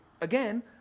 Again